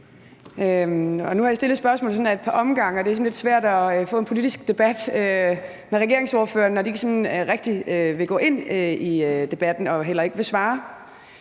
Jeg har nu stillet spørgsmålet ad et par omgange, og det er sådan lidt svært at få en politisk debat med regeringsordførerne, når de ikke sådan rigtig vil gå ind i debatten og heller ikke vil svare.